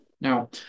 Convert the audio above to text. Now